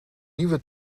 nieuwe